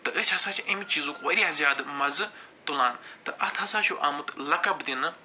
تہٕ أسۍ ہَسا چھِ اَمہِ چیٖزُک وارِیاہ زیادٕ مزٕ تُلان تہٕ اَتھ ہَسا چھُ آمُت لقب دِنہٕ